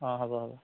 অ' হ'ব হ'ব